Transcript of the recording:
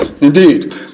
Indeed